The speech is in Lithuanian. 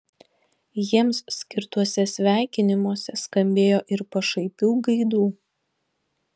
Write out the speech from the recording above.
jiems skirtuose sveikinimuose skambėjo ir pašaipių gaidų